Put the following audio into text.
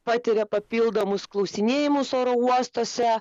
patiria papildomus klausinėjimus oro uostuose